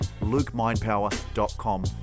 lukemindpower.com